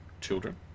children